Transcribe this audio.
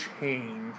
change